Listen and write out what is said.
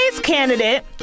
candidate